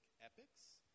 epics